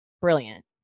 brilliant